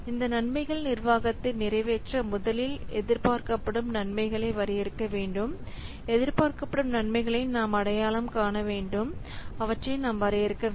இந்த நன்மைகள் நிர்வாகத்தை நிறைவேற்ற முதலில் எதிர்பார்க்கப்படும் நன்மைகளை வரையறுக்க வேண்டும் எதிர்பார்க்கப்படும் நன்மைகளை நாம் அடையாளம் காண வேண்டும் அவற்றை நாம் வரையறுக்க வேண்டும்